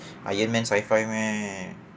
iron man sci-fi meh